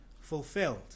fulfilled